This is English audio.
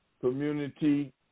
community